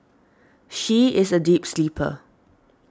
she is a deep sleeper